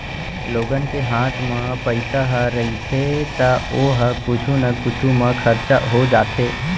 लोगन के हात म पइसा ह रहिथे त ओ ह कुछु न कुछु म खरचा हो जाथे